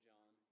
John